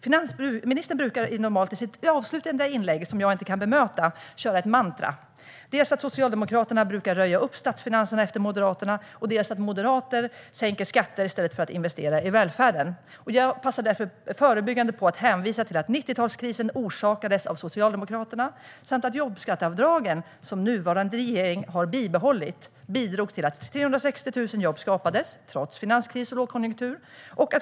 Finansministern brukar normalt i sitt avslutande inlägg, som jag inte kan bemöta, köra ett mantra: dels att Socialdemokraterna brukar röja upp statsfinanserna efter Moderaterna, dels att moderater sänker skatter i stället för att investera i välfärden. Jag passar därför förebyggande på att hänvisa till att 90-talskrisen orsakades av Socialdemokraterna samt att jobbskatteavdragen, som nuvarande regering har bibehållit, bidrog till att 360 000 jobb skapades, trots finanskris och lågkonjunktur.